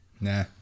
Nah